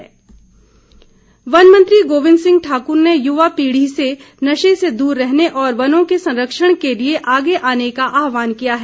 वार्षिक उत्सव वन मंत्री गोबिंद सिंह ठाकुर ने युवा पीढ़ी से नशे से दूर रहने और वनों के संरक्षण के लिए आगे आने का आहवान किया है